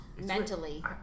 Mentally